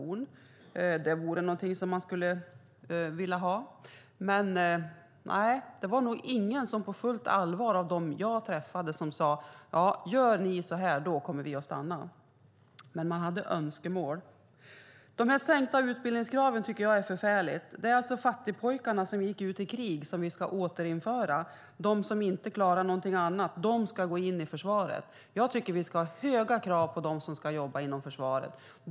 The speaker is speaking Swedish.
Men det var nog ingen av dem som jag träffade som på fullt allvar sade: Gör ni så här kommer vi att stanna. Men man hade önskemål. De sänkta utbildningskraven tycker jag är förfärliga. Det är alltså fattigpojkarna, som gick ut i krig, som vi ska återinföra. De som inte klarar någonting annat ska gå in i försvaret. Jag tycker att vi ska ha höga krav på dem som ska jobba inom försvaret.